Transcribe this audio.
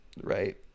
right